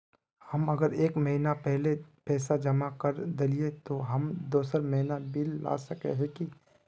हम अगर एक महीना पहले पैसा जमा कर देलिये ते हम दोसर महीना बिल ला सके है की?